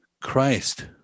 Christ